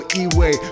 e-way